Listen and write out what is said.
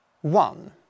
one